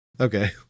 Okay